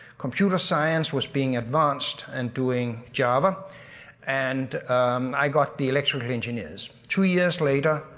computer science was being advanced and doing java and i got the electrical engineers. two years later,